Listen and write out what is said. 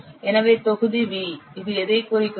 எனவே தொகுதி V இது எதைக் குறிக்கிறது